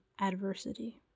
adversity